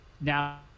now